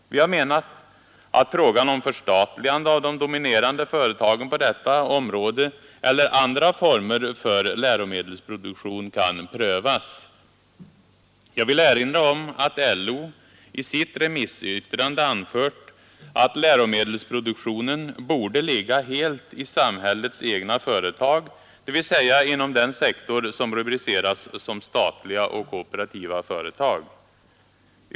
Vi har menat att frågan om förstatligande av de dominerande företagen på detta område eller andra former för läromedelsproduktionen kan prövas. Jag vill erinra om att LO i sitt remissyttrande anfört att läromedelsproduktionen borde ligga helt i samhällets egna företag, dvs. inom den sektor som rubriceras som statliga och kooperativa företag.